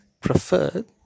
preferred